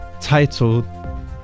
titled